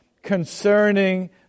concerning